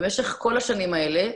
במשך כל השנים האלה,